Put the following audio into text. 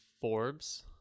forbes